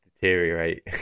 deteriorate